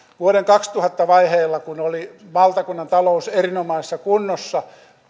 vuoden kaksituhatta vaiheilla kun oli valtakunnan talous erinomaisessa kunnossa